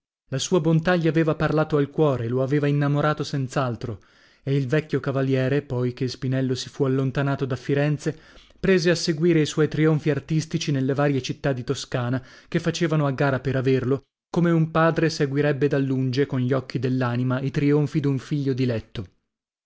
la sua bontà gli aveva parlato al cuore lo aveva innamorato senz'altro e il vecchio cavaliere poi che spinello si fu allontanato da firenze prese a seguire i suoi trionfi artistici nelle varie città di toscana che facevano a gara per averlo come un padre seguirebbe da lunge con gli occhi dell'anima i trionfi d'un figlio diletto